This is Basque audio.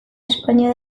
espainia